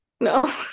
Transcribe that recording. No